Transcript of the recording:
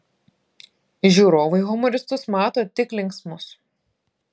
žiūrovai humoristus mato tik linksmus